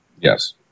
Yes